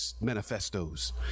manifestos